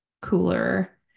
cooler